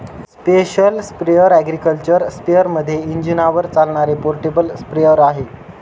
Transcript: special sprayer agriculture स्पेअरमध्ये इंजिनावर चालणारे पोर्टेबल स्प्रेअर आहे